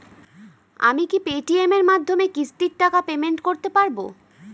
আমি কি Paytm এর মাধ্যমে কিস্তির টাকা পেমেন্ট করতে পারব?